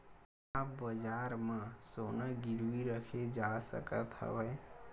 का बजार म सोना गिरवी रखे जा सकत हवय?